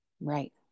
Right